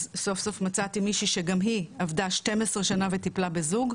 אז סוף סוף מצאתי מישהי שגם היא עבדה 12 שנה וטיפלה בזוג,